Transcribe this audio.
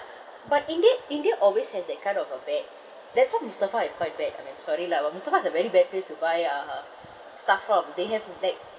but indeed india always has that kind of a back that's why Mustafa is quite bad I mean sorry lah but Mustafa is a very bad place to buy uh uh stuff from they have like